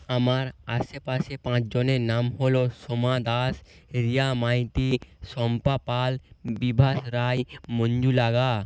আমার আশেপাশে পাঁচজনের নাম হল সোমা দাস রিয়া মাইতি শম্পা পাল বিভাস রায় মঞ্জু লাগা